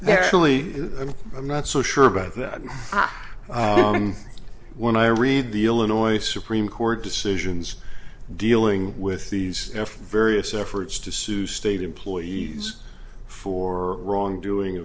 they're actually and i'm not so sure about that when i read the illinois supreme court decisions dealing with these f s efforts to sue state employees for wrongdoing